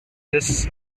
its